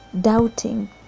doubting